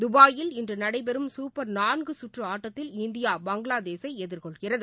தபாயில் இன்று நடைபெறும் குப்பர் நாள்கு சுற்று ஆட்டத்தில் இந்தியா பங்களாதேஷை எதிர்கொள்கிறது